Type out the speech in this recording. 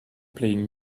playing